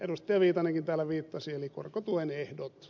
viitanenkin täällä viittasi eli korkotuen ehdot